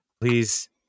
please